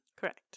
Correct